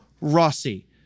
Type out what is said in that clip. Rossi